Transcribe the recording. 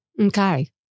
Okay